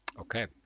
okay